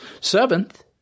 Seventh